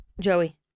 Joey